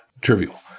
trivial